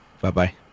bye-bye